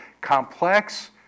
complex